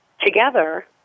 together